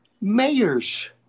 mayors